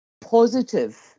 positive